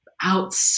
out